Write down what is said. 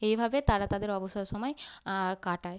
এইভাবে তারা তাদের অবসর সময় কাটায়